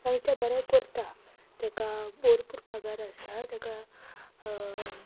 आनी तें बरें करता तेका भोरपूर पागार आसा तेका